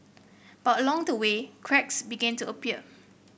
but along the way cracks began to appear